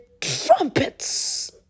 trumpets